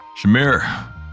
Shamir